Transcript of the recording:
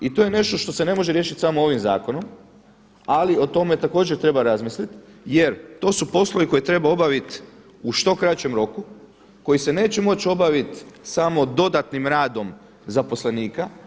I to je nešto što se ne može riješiti samo ovim zakonom, ali o tome također treba razmisliti jer to su poslovi koje treba obaviti u što kraćem roku, koji se neće moći obavit samo dodatnim radom zaposlenika.